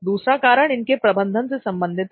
दूसरा कारण इनके प्रबंधन से संबंधित है